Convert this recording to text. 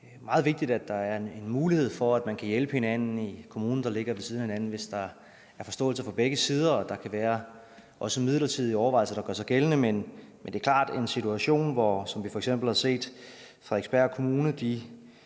det er meget vigtigt, at der er en mulighed for, at man kan hjælpe hinanden i kommuner, der ligger ved siden af hinanden, hvis der er forståelse fra begge sider. Der kan også være midlertidige overvejelser, der gør sig gældende. Men det er klart, at en situation, som vi f.eks. har set, hvor Frederiksberg Kommune